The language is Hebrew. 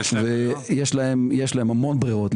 יש להם המון ברירות,